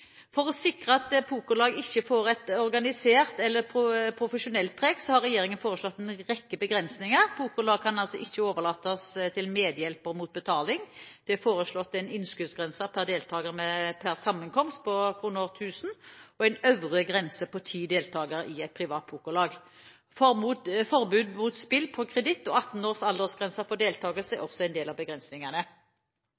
For å sikre at pokerlag ikke får et organisert eller profesjonelt preg, har regjeringen foreslått en rekke begrensninger. Pokerlag kan ikke overlates til medhjelper mot betaling. Det er foreslått en innskuddsgrense per deltager per sammenkomst på 1 000 kr og en øvre grense på ti deltakere i et privat pokerlag. Forbud mot spill på kreditt og 18-års aldersgrense for deltakelse er